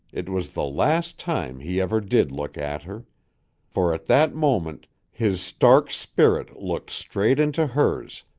it was the last time he ever did look at her for at that moment his stark spirit looked straight into hers,